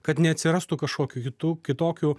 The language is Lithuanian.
kad neatsirastų kažkokių kitų kitokių